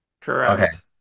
correct